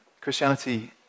Christianity